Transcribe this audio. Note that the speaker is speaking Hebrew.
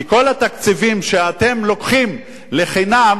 כי מכל התקציבים שאתם לוקחים לחינם,